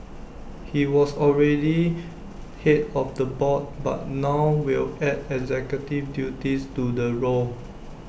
he was already Head of the board but now will add executive duties to the role